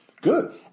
Good